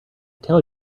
tell